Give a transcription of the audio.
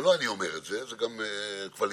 בשכר הלימוד,